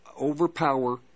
overpower